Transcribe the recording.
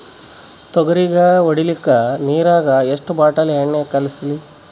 ತೊಗರಿಗ ಹೊಡಿಲಿಕ್ಕಿ ನಿರಾಗ ಎಷ್ಟ ಬಾಟಲಿ ಎಣ್ಣಿ ಕಳಸಲಿ?